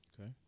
Okay